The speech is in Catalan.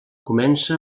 comença